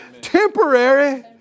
Temporary